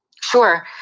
Sure